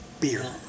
beer